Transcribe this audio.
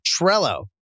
Trello